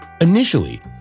Initially